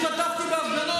אני השתתפתי בהפגנות,